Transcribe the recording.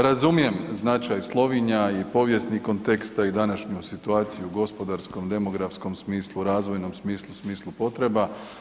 Razumijem značaj Slovinja i povijesni kontekst i današnju situaciju u gospodarskom, demografskom smislu, razvojnom smislu, smislu potreba.